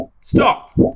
Stop